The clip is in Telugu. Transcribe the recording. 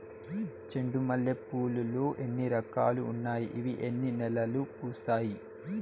చెండు మల్లె పూలు లో ఎన్ని రకాలు ఉన్నాయి ఇవి ఎన్ని నెలలు పూస్తాయి